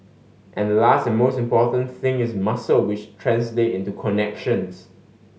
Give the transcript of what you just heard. and last and most important thing is muscle which translate into connections